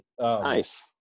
Nice